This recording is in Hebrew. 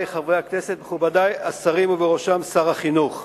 הכנסת, מכובדי השרים ובראשם שר החינוך,